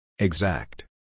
Exact